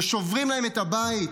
ששוברים להם את הבית,